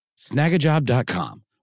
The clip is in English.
snagajob.com